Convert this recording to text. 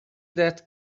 that